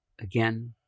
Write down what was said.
again